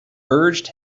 urged